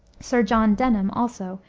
sir john denham, also,